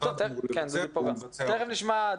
--- תיכף נשמע.